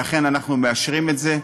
ואכן אנחנו מאשרים את זה.